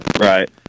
Right